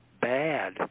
bad